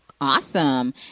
Awesome